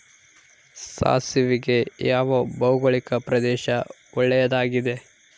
ಸಾಸಿವೆಗೆ ಯಾವ ಭೌಗೋಳಿಕ ಪ್ರದೇಶ ಒಳ್ಳೆಯದಾಗಿದೆ?